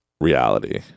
reality